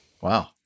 Wow